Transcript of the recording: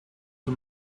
the